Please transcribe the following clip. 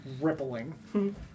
rippling